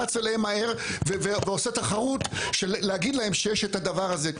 רץ אליהם מהר ועושה תחרות של להגיד להם שיש את הדבר הזה.